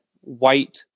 white